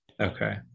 Okay